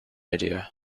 idea